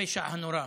הפשע הנורא,